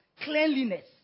cleanliness